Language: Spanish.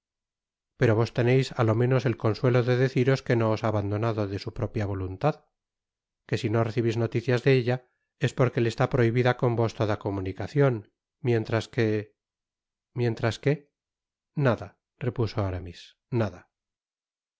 pero vos teneis á lo menos el consuelo de deciros que no os ha abandonado de su propia voluntad que si no recibis noticias de ella es porque le está prohibida con vos toda comunicacion mientras que mientras que nada repuso aramis nada